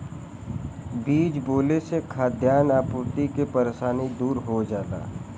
बीज बोले से खाद्यान आपूर्ति के परेशानी दूर हो जाला